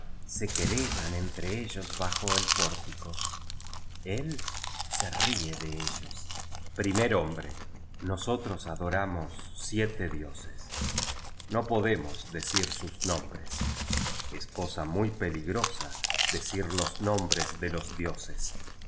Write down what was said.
se querellan entre ellos bajo el pórtico el se ríe de ellos primer hombre nosotros adoramos siete dioses no po demos decir sus nombres es cosa muy peligrosa decir los nombres de los dioses